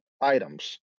items